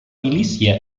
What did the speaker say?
milícia